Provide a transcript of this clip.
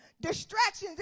Distractions